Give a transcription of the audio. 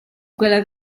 quel